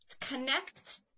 connect